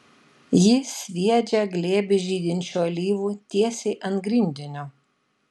ji sviedžia glėbį žydinčių alyvų tiesiai ant grindinio